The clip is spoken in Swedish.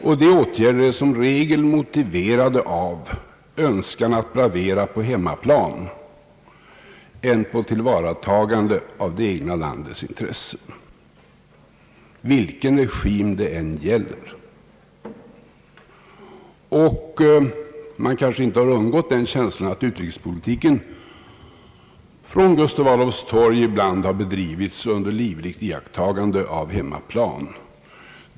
Sådana åtgärder är som regel mer motiverade av önskan att bravera på hemmaplan än av Önskan att tillvarata det egna landets intressen — vilken regim det än gäller. Man kanske inte har undgått känslan att utrikespolitiken från Gustav Adolfs torg ibland har bedrivits under livligt iakttagande av hemmaplan.